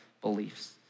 beliefs